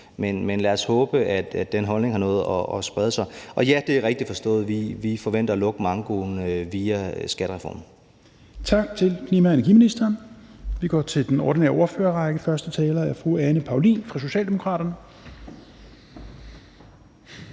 Men lad os håbe, at den holdning har nået at sprede sig. Og ja, det er rigtigt forstået, at vi forventer at lukke mankoen via skattereformen.